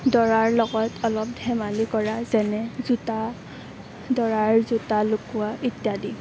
দৰাৰ লগত অলপ ধেমালি কৰা যেনে জোতা দৰাৰ জোতা লুকুৱা ইত্যাদি